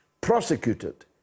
prosecuted